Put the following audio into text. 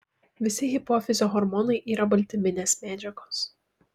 visi hipofizio hormonai yra baltyminės medžiagos